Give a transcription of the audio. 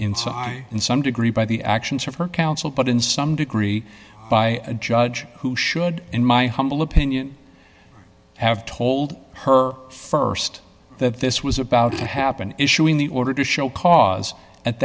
inside in some degree by the actions of her counsel but in some degree by a judge who should in my humble opinion have told her st that this was about to happen issuing the order to show cause at